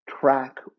track